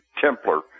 Templar